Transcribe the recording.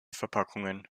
verpackungen